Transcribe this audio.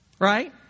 Right